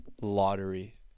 lottery